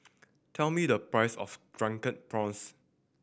tell me the price of Drunken Prawns